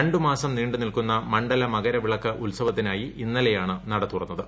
രണ്ട് മാസം നീണ്ടു നിൽക്കുന്ന മണ്ഡല മകരവിളക്ക് ഉത്സവത്തിനായി ഇന്നലെയാണ് നട തുറന്നത്